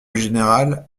général